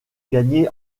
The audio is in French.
gagner